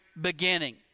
beginning